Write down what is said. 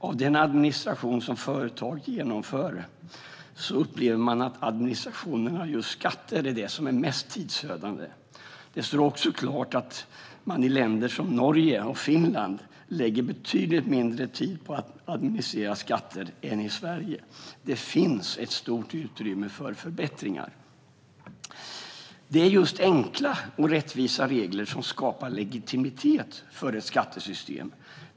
Av den administration som företag genomför upplever man att administrationen av just skatter är det som är mest tidsödande. Det står också klart att man i länder som Norge och Finland lägger betydligt mindre tid på att administrera skatter än i Sverige. Det finns ett stort utrymme för förbättringar. Det är just enkla och rättvisa regler som skapar legitimitet för ett skattesystem.